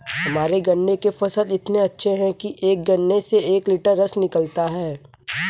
हमारे गन्ने के फसल इतने अच्छे हैं कि एक गन्ने से एक लिटर रस निकालता है